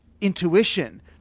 intuition